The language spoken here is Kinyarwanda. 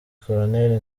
colonel